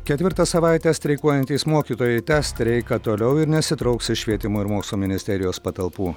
ketvirtą savaitę streikuojantys mokytojai tęs streiką toliau ir nesitrauks iš švietimo ir mokslo ministerijos patalpų